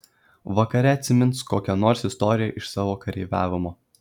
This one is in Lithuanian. vakare atsimins kokią nors istoriją iš savo kareiviavimo